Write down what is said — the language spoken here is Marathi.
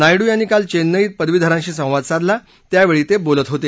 नायडू यांनी काल चेन्नईत पदवीधरांशी संवाद साधला त्यावेळी ते बोलत होते